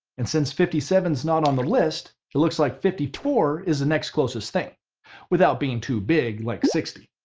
and since fifty seven is not on the list, it looks like fifty four is the next closest thing without being to big like sixty.